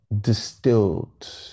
distilled